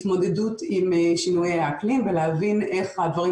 להתמודדות עם שינויי האקלים ולהבין איך הדברים